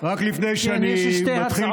רק לפני שאני מתחיל